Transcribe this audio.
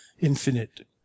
infinite